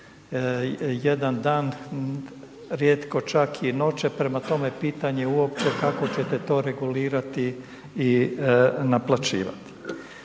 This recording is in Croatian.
jedan dan, rijetko čak i noće prema tome pitanje uopće kako ćete to regulirati i naplaćivati.